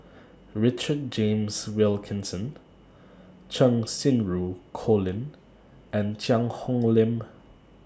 Richard James Wilkinson Cheng Xinru Colin and Cheang Hong Lim